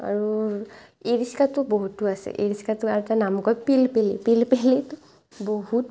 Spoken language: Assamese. আৰু ই ৰিক্সাটো বহুতো আছে ই ৰিক্সাটো আৰু এটা নাম কয় পিলপিলি পিলপিলিটো বহুত